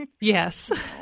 Yes